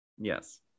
Yes